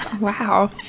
Wow